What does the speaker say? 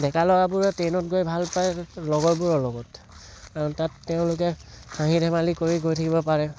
ডেকা ল'ৰাবোৰৰ ট্ৰেইনত গৈ ভাল পায় লগৰবোৰৰ লগত তাত তেওঁলোকে হাঁহি ধেমালি কৰি গৈ থাকিব পাৰে